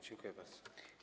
Dziękuję bardzo.